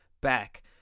back